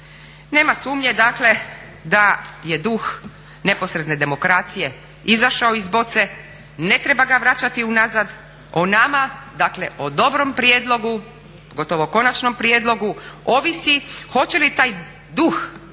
Nema sumnje dakle da je duh neposredne demokracije izašao iz boce, ne treba ga vraćati unazad, o nama, dakle o dobrom prijedlogu, pogotovo konačnom prijedlogu ovisi hoće li taj duh